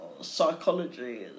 psychology